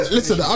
Listen